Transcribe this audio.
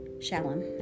Shalom